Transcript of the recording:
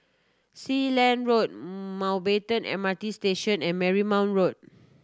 Sealand Road Mountbatten M R T Station and Marymount Road